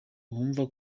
bumva